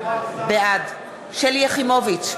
בעד שלי יחימוביץ,